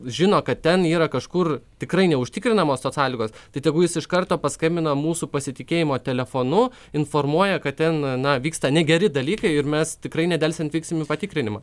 žino kad ten yra kažkur tikrai neužtikrinamos tos sąlygos tai tegu jis iš karto paskambina mūsų pasitikėjimo telefonu informuoja kad ten na vyksta negeri dalykai ir mes tikrai nedelsiant vyksim į patikrinimą